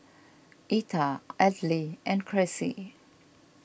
Etta Audley and Cressie